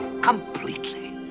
completely